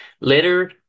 Later